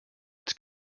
its